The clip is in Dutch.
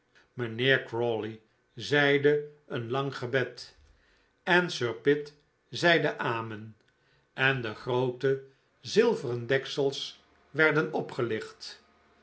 mijnheer crawley zeide een lang gebed en sir pitt zeide amen en de groote zilveren deksels werden opgelicht